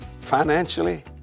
financially